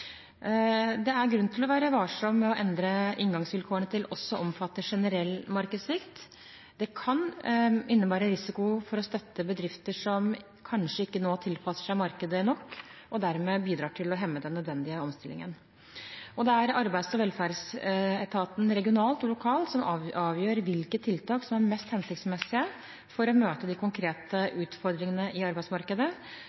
Det er grunn til å være varsom med å endre inngangsvilkårene til også å omfatte generell markedssvikt. Det kan innebære risiko for å støtte bedrifter som kanskje ikke tilpasser seg markedet, og dermed bidrar til å hemme den nødvendige omstillingen. Det er arbeids- og velferdsetaten regionalt og lokalt som avgjør hvilke tiltak som er mest hensiktsmessige for å møte de konkrete